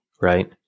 right